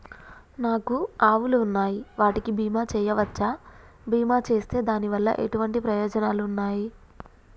నాకు ఆవులు ఉన్నాయి వాటికి బీమా చెయ్యవచ్చా? బీమా చేస్తే దాని వల్ల ఎటువంటి ప్రయోజనాలు ఉన్నాయి?